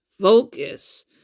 focus